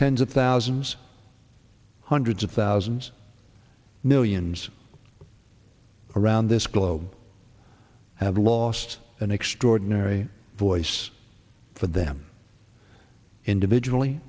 tens of thousands hundreds of thousands millions around this globe have lost an extraordinary voice for them individually